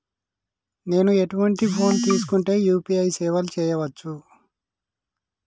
నేను ఎటువంటి ఫోన్ తీసుకుంటే యూ.పీ.ఐ సేవలు చేయవచ్చు?